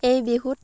এই বিহুত